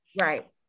Right